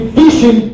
vision